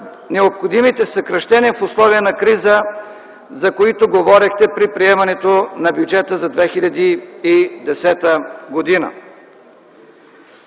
необходимите съкращения в условия на криза, за които говорихте при приемането на Бюджета за 2010 г.?